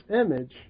image